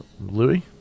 Louis